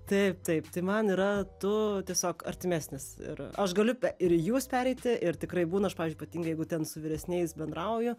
taip taip tai man yra tu tiesiog artimesnis ir aš galiu ir į jūs pereiti ir tikrai būna aš pavyzdžiui ypatingai jeigu ten su vyresniais bendrauju